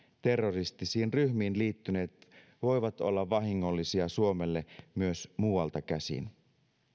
terroristisiin ryhmiin liittyneet voivat olla vahingollisia suomelle myös muualta käsin